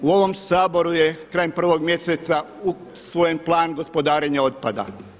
U ovom Saboru je krajem 1. mjeseca usvojen plan gospodarenja otpada.